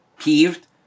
peeved